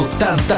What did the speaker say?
80